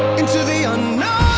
into the unknown